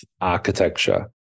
architecture